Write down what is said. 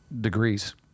degrees